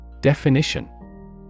Definition